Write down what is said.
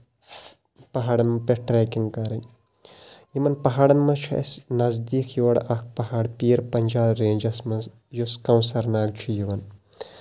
پَہاڑَن پٮ۪ٹھ ٹریکِنگ کَرٕنۍ یِمن پَہاڑَن منٛز چھُ اَسہِ نَزدیٖک یورٕ اکھ پَہاڑ پیٖر پَنچال رینجَس منٛز یُس کونسر ناگ چھُ یِوان